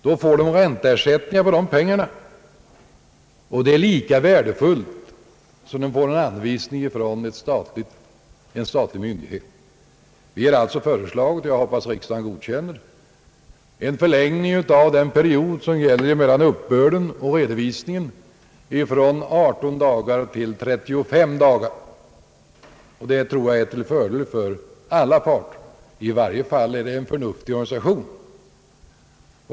De får då ränteersättning på de pengarna, och det är lika värdefullt som att få en anvisning från en statlig myndighet. Jag hoppas att riksdagen godkänner detta förslag. Vi föreslår en förlängning av perioden mellan uppbörden och redovisningen från 18 till 35 dagar. Detta tror jag är till fördel för alla parter. I varje fall är det en förnuftig ordning.